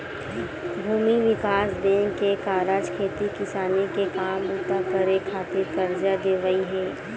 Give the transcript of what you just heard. भूमि बिकास बेंक के कारज खेती किसानी के काम बूता करे खातिर करजा देवई हे